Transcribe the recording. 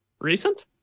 Recent